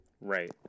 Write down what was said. Right